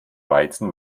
weizen